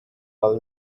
all